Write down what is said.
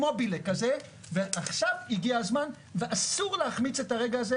מובילה כזה ועכשיו הגיע הזמן ואסור להחמיץ את הרגע הזה